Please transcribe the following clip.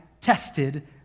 tested